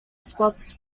spots